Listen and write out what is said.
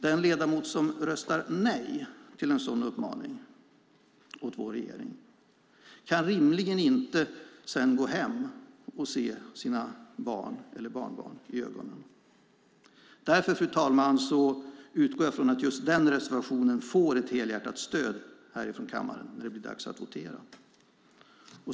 Den ledamot som röstar nej till en sådan uppmaning åt vår regering kan rimligen sedan inte gå hem och se sina barn eller barnbarn i ögonen. Därför, fru talman, utgår jag från att just den reservationen får ett helhjärtat stöd härifrån kammaren när det blir dags att votera.